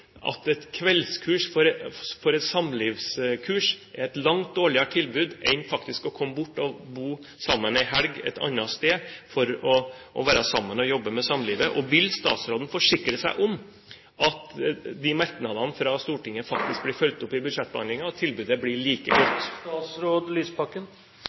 at et kveldskurs for et samlivskurs er et langt dårligere tilbud enn å komme bort og bo sammen en helg et annet sted for å jobbe med samlivet. Og vil statsråden forsikre seg om at merknadene fra Stortinget faktisk blir fulgt opp i budsjettbehandlingen, og at tilbudet blir like